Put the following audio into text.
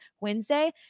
Wednesday